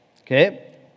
Okay